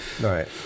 right